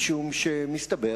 משום שמסתבר